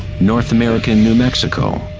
north american new mexico,